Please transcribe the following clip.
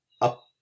up